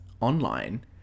online